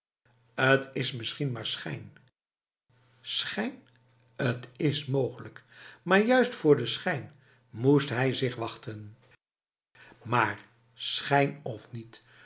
het is misschien maar schijnf schijn het is mogelijk maar juist voor de schijn moest hij zich wachten maar schijn of niet